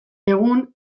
egun